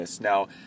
Now